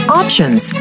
options